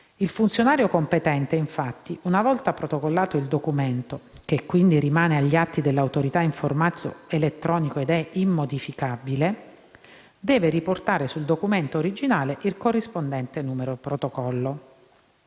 Il funzionario competente, infatti, una volta protocollato il documento - rimane agli atti dell’Autorità in formato elettronico ed è quindi immodificabile - deve riportare sul documento originale il corrispondente numero protocollo.